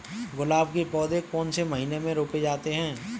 गुलाब के पौधे कौन से महीने में रोपे जाते हैं?